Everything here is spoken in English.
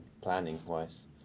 planning-wise